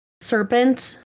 serpent